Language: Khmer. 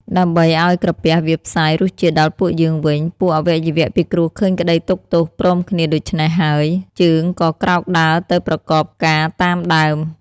ដើម្បីឱ្យក្រពះវាផ្សាយ រសជាតិដល់ពួកយើងវិញ ពួកអវយវៈពិគ្រោះឃើញក្តីទុក្ខទោសព្រមគ្នាដូច្នោះ ហើយ ជើងក៏ក្រោកដើរទៅប្រកបការតាមដើម។